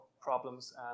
problems